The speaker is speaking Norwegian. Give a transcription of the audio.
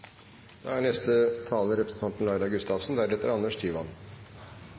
Da er neste taler representanten